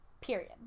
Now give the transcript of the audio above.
period